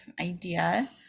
idea